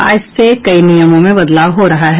आज से कई नियमों में बदलाव हो रहा है